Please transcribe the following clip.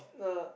nah